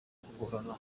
kugorana